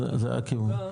זה הכיוון.